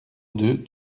deux